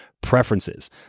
preferences